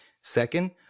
Second